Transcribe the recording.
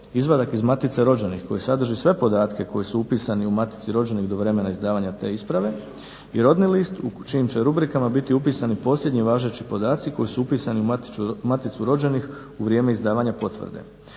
izvadak iz matice rođenih koji sadrži sve podatke koji su upisani u matici rođenih do vremena izdavanja te isprave i rodni list u čijim će rubrikama biti upisani posljednji važeći podaci koji su upisani u maticu rođenih u vrijeme izdavanja potvrde.